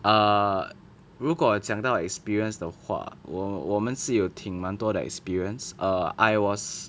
err 如果讲到 experience 的话我我们是有挺蛮多的 experience err I was